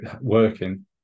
working